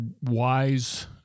wise